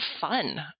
fun